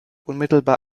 unmittelbar